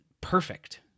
perfect